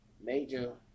Major